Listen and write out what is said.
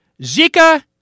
Zika